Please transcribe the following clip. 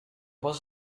was